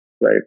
right